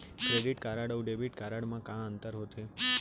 Credit card अऊ debit card मा का अंतर होथे?